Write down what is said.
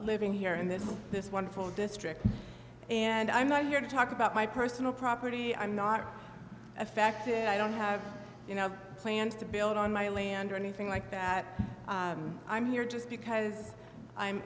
living here in this this wonderful district and i'm not here to talk about my personal property i'm not affected i don't have you know plans to build on my land or anything like that i'm here just because i'm